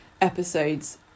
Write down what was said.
episodes